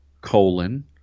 colon